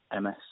MS